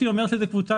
קודם כל,